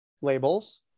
labels